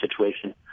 situation